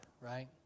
right